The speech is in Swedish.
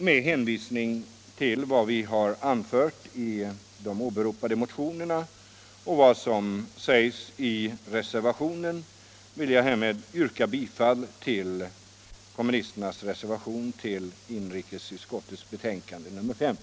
Med hänvisning till vad som anförts i de åberopade mo tionerna och i den kommunistiska reservationen vid inrikesutskottets betänkande nr 5 yrkar jag bifall till denna reservation.